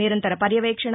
నిరంతర పర్యవేక్షణ